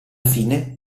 fine